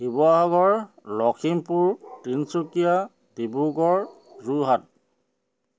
Sivasagar Lakhimpur Tinsukia Dibrugarh Jorhat